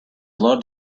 love